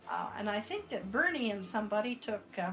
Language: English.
and i think that bernie and somebody took